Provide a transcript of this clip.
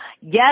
Yes